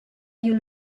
you